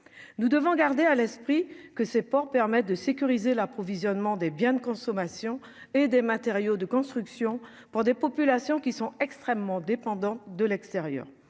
nous devons garder à l'esprit que ces ports permettent de sécuriser l'approvisionnement des biens de consommation et des matériaux de construction pour des populations qui sont extrêmement dépendante de l'extérieur